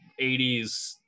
80s